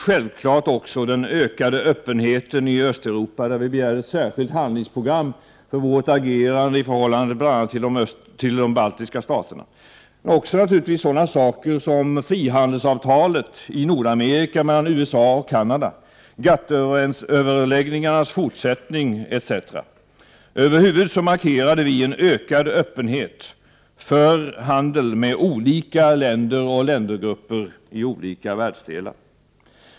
Självklart inverkar också den ökade öppenheten i Östeuropa — centern begärde ett särskilt handlingsprogram för vårt lands agerande i förhållande till bl.a. de baltiska staterna — men också sådana saker som frihandelsavtalet i Nordamerika mellan USA och Canada, GATT-överläggningarnas fortsättning etc. Över huvud markerade vi en ökad öppenhet för handel med olika länder och ländergrupper i olika delar av världen.